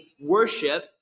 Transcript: worship